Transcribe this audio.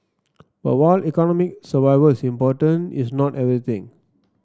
but while economic survival is important it's not everything